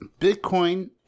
Bitcoin